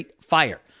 Fire